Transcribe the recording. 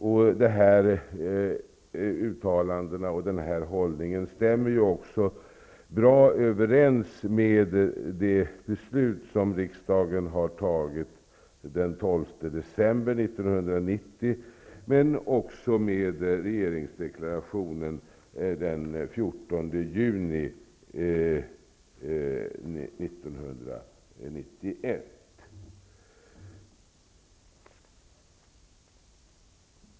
Utskottets uttalanden och hållning stämmer ju också bra överens med det beslut som riksdagen har fattat den 12 december 1990, och även med regeringsdeklarationen den 14 juni 1991.